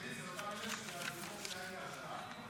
יבגני, אלו אותם אלה שהדירות שלהם הן להשקעה?